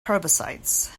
herbicides